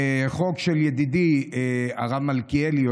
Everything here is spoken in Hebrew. חוק מהעבר של ידידי הרב מלכיאלי,